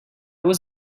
was